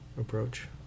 approach